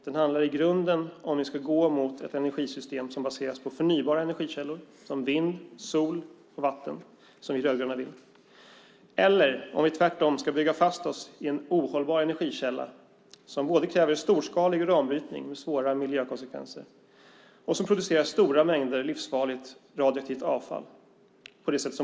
Den handlar i grunden om ifall vi ska gå mot ett energisystem som baseras på förnybara energikällor som vind, sol och vatten, som vi rödgröna vill, eller om vi tvärtom, som Moderaterna, Folkpartiet, Centerpartiet och Kristdemokraterna vill, ska bygga fast oss i en ohållbar energikälla som både kräver storskalig uranbrytning med svåra miljökonsekvenser och som producerar stora mängder livsfarligt radioaktivt avfall.